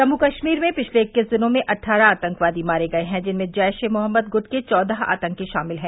जम्मू कश्मीर में पिछले इक्कीस दिनों में अट्ठारह आतंकवादी मारे गए हैं जिनमें जैश ए मोहम्मद गुट के चौदह आतंकी शामिल हैं